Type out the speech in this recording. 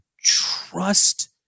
trust